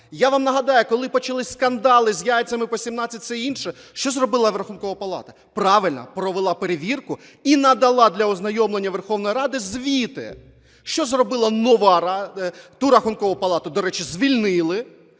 Я вам нагадаю, коли почалися скандали з яйцями по 17, все інше, що зробила Рахункова палата? Правильно, провела перевірку і надала для ознайомлення Верховної Ради звіти. Що зробила нова…Ту Рахункову палату, до речі, звільнили,